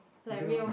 moving on